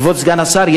כבוד סגן השר,